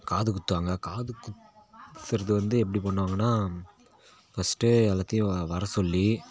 காது குத்துவாங்கள் காது குத்துறது வந்து எப்படி பண்ணுவாங்கன்னால் ஃபஸ்ட்டே எல்லாத்தையும் வர சொல்லி